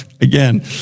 again